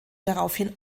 daraufhin